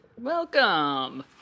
Welcome